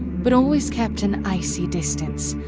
but always kept an icy distance,